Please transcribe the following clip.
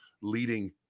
leading